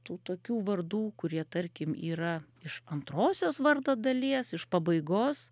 tų tokių vardų kurie tarkim yra iš antrosios vardo dalies iš pabaigos